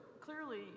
clearly